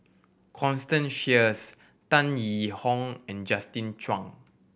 Constance Sheares Tan Yee Hong and Justin Zhuang